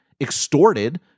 extorted